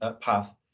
path